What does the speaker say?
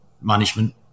management